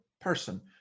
person